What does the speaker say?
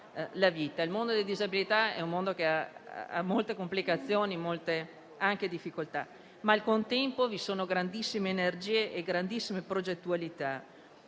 Il mondo delle disabilità ha molte complicazioni e difficoltà, ma al contempo vi sono grandissime energie e grandissime progettualità.